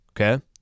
okay